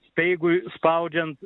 speigui spaudžiant